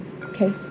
okay